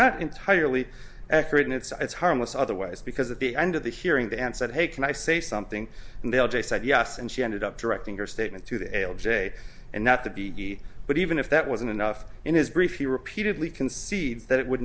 not entirely accurate and it's harmless otherwise because at the end of the hearing that and said hey can i say something and they'll jay said yes and she ended up directing her statement to the l j and not to be but even if that wasn't enough in his brief he repeatedly concedes that it would